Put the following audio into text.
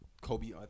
Kobe